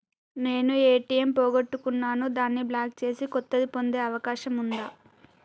నేను ఏ.టి.ఎం పోగొట్టుకున్నాను దాన్ని బ్లాక్ చేసి కొత్తది పొందే అవకాశం ఉందా?